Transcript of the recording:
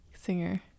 Singer